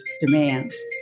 demands